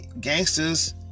gangsters